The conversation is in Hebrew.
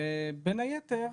ובין היתר,